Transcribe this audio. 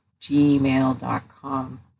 gmail.com